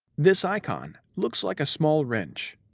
this icon looks like a small wrench.